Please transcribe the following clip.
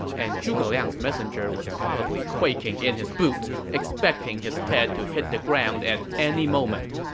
and zhuge liang's messenger was probably quaking in his boots, expecting his head to hit the ground at any moment.